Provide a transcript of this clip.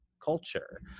culture